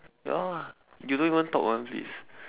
ya you don't even talk [one] please